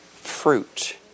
fruit